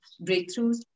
breakthroughs